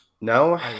No